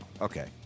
Okay